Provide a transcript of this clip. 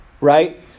right